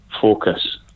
Focus